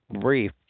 brief